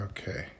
Okay